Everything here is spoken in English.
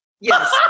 yes